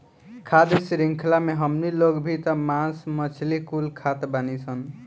खाद्य शृंख्ला मे हमनी लोग भी त मास मछली कुल खात बानीसन